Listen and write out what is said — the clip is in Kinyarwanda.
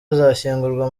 azashyingurwa